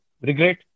regret